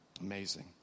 Amazing